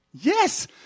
yes